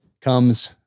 comes